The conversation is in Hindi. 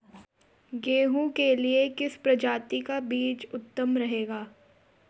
गेहूँ के लिए किस प्रजाति का बीज उत्तम रहेगा?